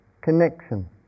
connection